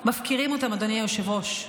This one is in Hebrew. מפקירים אותם, אדוני היושב-ראש.